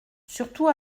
surtout